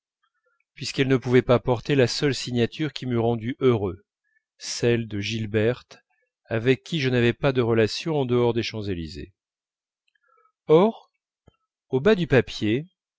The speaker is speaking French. puisqu'elle ne pouvait pas porter la seule signature qui m'eût rendu heureux celle de gilberte avec qui je n'avais pas de relations en dehors des champs-élysées or au bas du papier